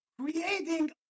Creating